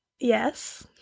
Yes